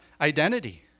identity